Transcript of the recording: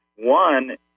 One